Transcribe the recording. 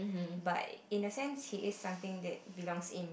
but in a sense he is something that belongs in